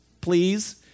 please